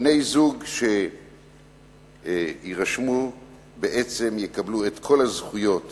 בני-זוג שיירשמו בעצם יקבלו את כל הזכויות